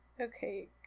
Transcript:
Okay